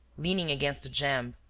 leaning against the jamb,